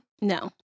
No